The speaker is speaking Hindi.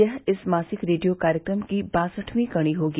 यह इस मासिक रेडियो कार्यक्रम की बासठवीं कड़ी होगी